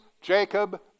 Jacob